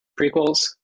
prequels